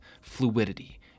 fluidity